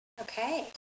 okay